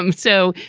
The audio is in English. um so,